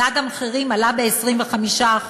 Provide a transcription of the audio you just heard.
מדד המחירים עלה ב-25%.